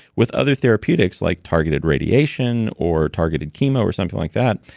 with other therapeutics like targeted radiation or targeted chemo or something like that,